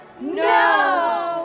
No